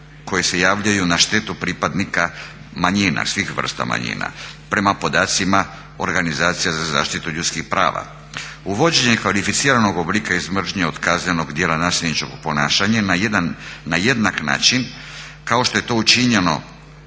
koji se javljaju na štetu pripadnika svih vrsta manjina, prema podacima organizacija za zaštitu ljudskih prava. Uvođenje kvalificiranog oblika iz mržnje od kaznenog djela nasilničkog ponašanja na jednak način kao što je to učinjeno